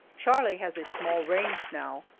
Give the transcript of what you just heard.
charlie has a small range now,